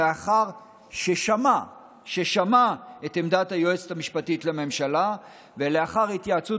לאחר ששמע את עמדת היועץ המשפטי לממשלה ולאחר התייעצות